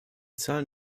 zahlen